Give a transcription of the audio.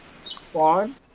Spawn